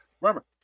Remember